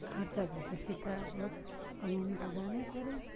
खर्च भएपछि त अब कमाउनु त जानैपऱ्यो